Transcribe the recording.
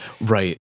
Right